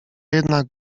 jednak